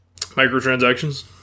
Microtransactions